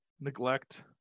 neglect